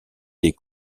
des